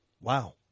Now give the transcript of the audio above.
Wow